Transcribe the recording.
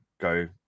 go